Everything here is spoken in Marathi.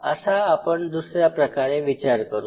असा आपण दुसऱ्या प्रकारे विचार करू